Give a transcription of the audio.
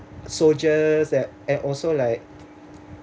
soldiers and and also like